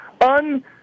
un –